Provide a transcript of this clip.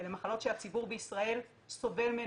אלה מחלות שהציבור בישראל סובל מהן